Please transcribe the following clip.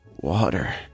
Water